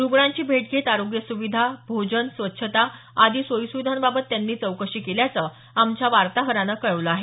रुग्णांची भेट घेत आरोग्य सुविधा भोजन स्वच्छता आदी सोयीसुविधांबाबत त्यांनी चौकशी केल्याचं आमच्या वार्ताहरानं कळवलं आहे